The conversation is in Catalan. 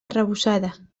arrebossada